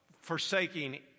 forsaking